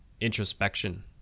introspection